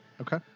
Okay